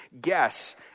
guess